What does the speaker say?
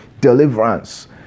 deliverance